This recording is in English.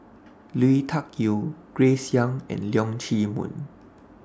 Lui Tuck Yew Grace Young and Leong Chee Mun